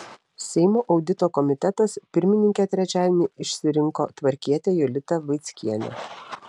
seimo audito komitetas pirmininke trečiadienį išsirinko tvarkietę jolitą vaickienę